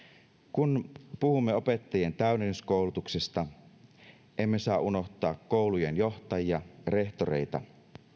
kun puhumme opettajien täydennyskoulutuksesta emme saa unohtaa koulujen johtajia rehtoreita